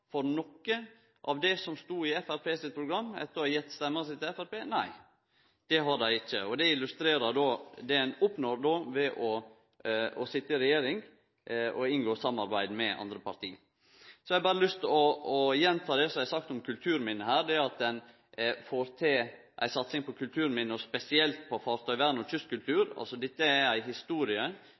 for noko av det som stod i Framstegspartiet sitt program etter å ha gitt stemma si til Framstegspartiet? Nei, det har dei ikkje. Det illustrerer det ein oppnår ved å sitje i regjering og inngå samarbeid med andre parti. Så har eg berre lyst til å gjenta det som eg har sagt om kulturminne her, at ein får til ei satsing på kulturminne, spesielt med omsyn til fartøyvern og kystkultur. Dette er historie